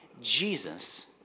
Jesus